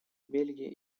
бельгии